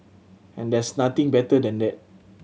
and there's nothing better than that